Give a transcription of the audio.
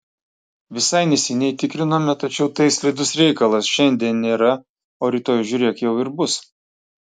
visai neseniai tikrinome tačiau tai slidus reikalas šiandien nėra o rytoj žiūrėk jau ir bus